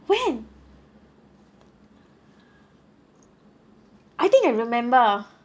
when I think I remember